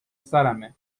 سرمه